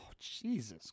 Jesus